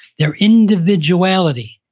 their individuality,